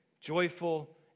joyful